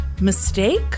mistake